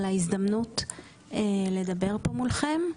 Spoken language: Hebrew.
על ההזדמנות לדבר פה מולכם.